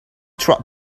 tried